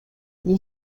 les